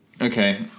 Okay